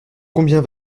combien